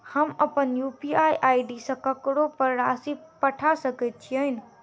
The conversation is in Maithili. हम अप्पन यु.पी.आई आई.डी सँ ककरो पर राशि पठा सकैत छीयैन?